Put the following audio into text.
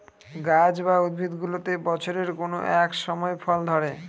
গাছ বা উদ্ভিদগুলোতে বছরের কোনো এক সময় ফল ধরে